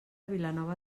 vilanova